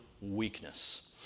weakness